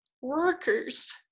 workers